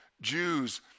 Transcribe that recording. Jews